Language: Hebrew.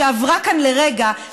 שעברה כאן לרגע,